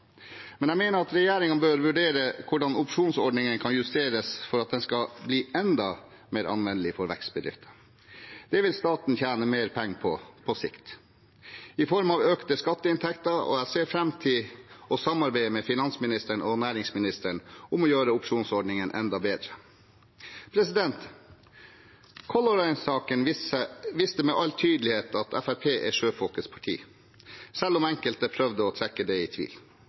Men jeg mener at regjeringen bør vurdere hvordan opsjonsordningen kan justeres for at den skal bli enda mer anvendelig for vekstbedrifter. Det vil staten tjene mer penger på på sikt i form av økte skatteinntekter. Jeg ser fram til å samarbeide med finansministeren og næringsministeren om å gjøre opsjonsordningen enda bedre. Color Line-saken viste med all tydelighet at Fremskrittspartiet er sjøfolkenes parti, selv om enkelte prøvde å trekke det i tvil.